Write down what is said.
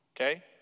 okay